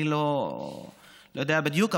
אני לא יודע בדיוק,